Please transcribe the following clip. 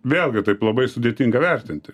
vėlgi taip labai sudėtinga vertinti